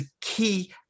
key